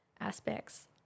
aspects